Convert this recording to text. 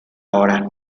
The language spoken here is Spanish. hora